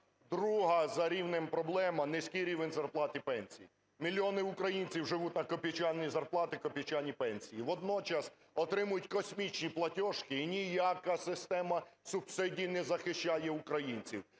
Друга за рівнем проблема – низький рівень зарплат і пенсій. Мільйони українців живуть на копійчані зарплати, копійчані пенсії, водночас отримують космічні платіжки, і ніяка система субсидій не захищає українців.